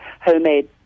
homemade